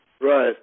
Right